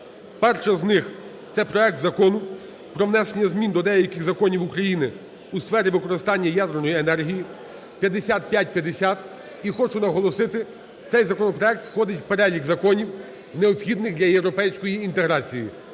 Перший з них - це проект Закону про внесення змін до деяких законів України у сфері використання ядерної енергії (5550). І хочу наголосити, цей законопроект входить в перелік законів, необхідних для європейської інтеграції.